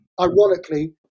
ironically